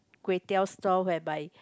Kway-Teow store whereby